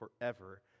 forever